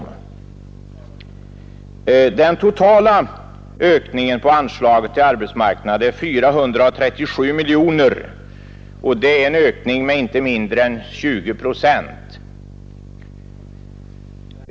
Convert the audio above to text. Den totala ökningen av anslaget till arbetsmarknaden är 437 miljoner, och det är en ökning med inte mindre än 20 procent.